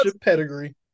pedigree